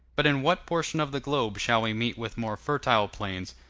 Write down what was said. but in what portion of the globe shall we meet with more fertile plains,